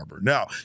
Now